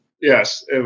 Yes